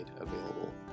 available